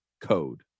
code